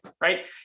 right